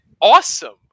awesome